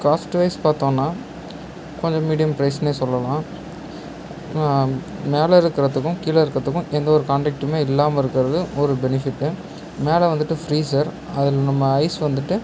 cost wise பார்த்தோம்னா கொஞ்சம் medium ப்ரைஸ்னே சொல்லலாம் மேலேருக்குறதுக்கும் கீழே இருக்கிறதுக்கும் எந்த ஒரு காண்டாக்ட்மே இல்லாமல் இருக்கிறது ஒரு பெனிஃபிட்டு மேலே வந்துட்டு ஃப்ரீசர் அதில் நம்ம ஐஸ் வந்துட்டு